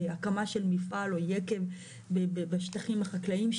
הקמה של מפעל או יקב בשטחים החקלאיים,